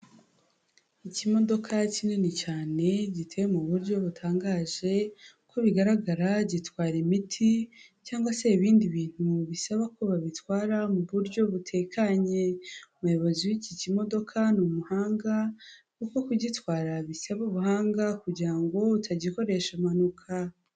Ikimodoka kinini cyane giteye mu buryo butangaje, uko bigaragara gitwara imiti cyangwa se ibindi bintu bisaba ko babitwara mu buryo butekanye, umuyobozi w'iki kimodoka ni umuhanga kuko kugitwara bisaba ubuhanga kugira ngo utagikoresha impanuka.